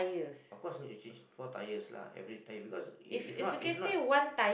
of course you need to change four tires lah everytime because if not if not